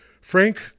Frank